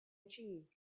achieved